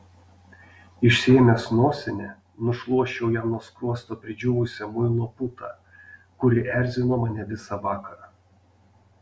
išsiėmęs nosinę nušluosčiau jam nuo skruosto pridžiūvusią muilo putą kuri erzino mane visą vakarą